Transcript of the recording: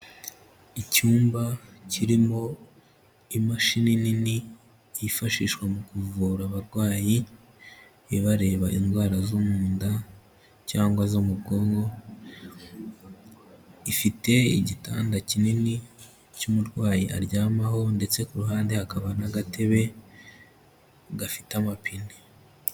Icyumba kirimo imashini nini, kifashishwa mu kuvura abarwayi ibareba indwara zo mu nda, cyangwa zo mu bwonko, ifite igitanda kinini cy'umurwayi aryamaho, ndetse ku ruhande hakaba n'agatebe gafite amapine.